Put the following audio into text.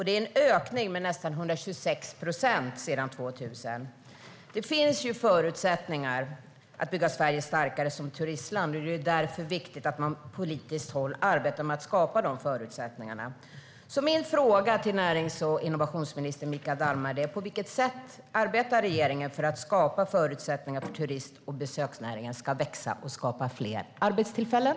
Det är en ökning med nästan 126 procent sedan 2000. Det finns förutsättningar att bygga Sverige starkare som turistland. Det är därför viktigt att man på politiskt håll arbetar med att skapa dessa förutsättningar. Min fråga till närings och innovationsminister Mikael Damberg är: På vilket sätt arbetar regeringen för att skapa förutsättningar för att turist och besöksnäringen ska växa och skapa fler arbetstillfällen?